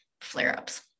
flare-ups